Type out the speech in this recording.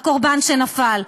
הקורבן שנפל,